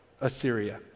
Assyria